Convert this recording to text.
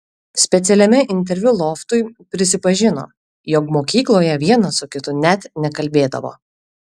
specialiame interviu loftui prisipažino jog mokykloje vienas su kitu net nekalbėdavo